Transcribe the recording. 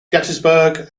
gettysburg